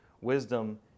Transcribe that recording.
Wisdom